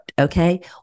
okay